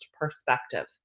perspective